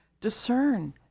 Discern